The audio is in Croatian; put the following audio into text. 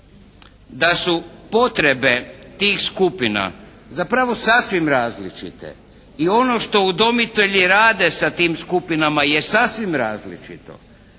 da su potrebe tih skupina zapravo sasvim različite i ono što udomitelji rade sa tim skupinama je sasvim različito.